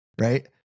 right